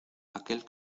aquel